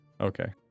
Okay